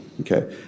Okay